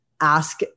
ask